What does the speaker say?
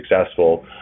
successful